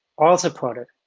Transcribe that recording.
all supported.